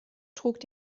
trug